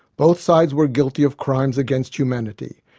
both sides were guilty of crimes against humanity.